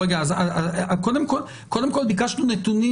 קודם כל ביקשנו נתונים,